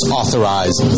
authorized